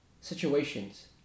situations